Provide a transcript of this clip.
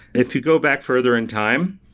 if you go back further in time,